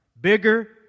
bigger